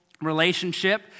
relationship